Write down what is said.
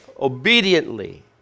obediently